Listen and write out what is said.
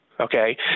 okay